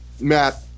Matt